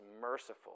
merciful